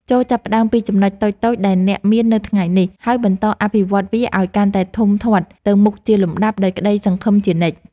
ចូរចាប់ផ្តើមពីចំណុចតូចៗដែលអ្នកមាននៅថ្ងៃនេះ ហើយបន្តអភិវឌ្ឍវាឱ្យកាន់តែធំធាត់ទៅមុខជាលំដាប់ដោយក្តីសង្ឃឹមជានិច្ច។